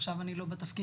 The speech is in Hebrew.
עכשיו אני לא בתפקיד,